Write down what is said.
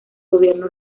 gobierno